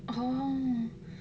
oo